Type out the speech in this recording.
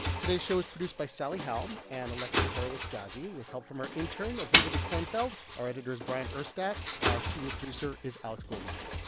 today's show is produced by sally helm and alexi horowitz-ghazi, with help from our intern aviva dekornfeld. our editor is bryant urstadt. our senior producer is alex goldmark.